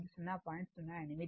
అది 0